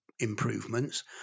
improvements